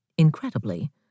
Incredibly